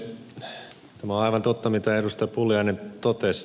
tämä on aivan totta mitä ed